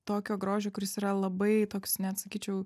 tokio grožio kuris yra labai toks net sakyčiau